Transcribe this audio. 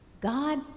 God